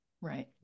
right